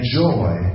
joy